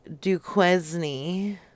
Duquesne